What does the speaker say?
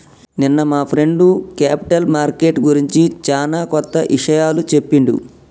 నిన్న మా friend capital market గురించి చానా కొత్త ఇషయాలు చెప్పిండు